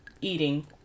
eating